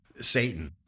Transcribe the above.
Satan